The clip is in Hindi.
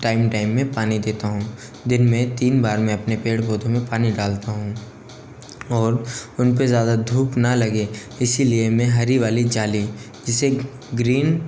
टाइम टाइम में पानी देता हूँ दिन में तीन बार मैं अपने पेड़ पौधों में पानी डालता हूँ और उन पर ज़्यादा धूप ना लगे इसी लिए मैं हरी वाली जाली जिसे ग्रीन